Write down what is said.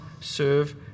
serve